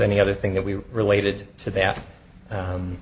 any other thing that we related to that